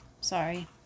Sorry